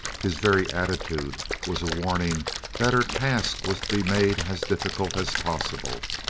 his very attitude was a warning that her task was to be made as difficult as possible.